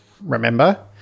remember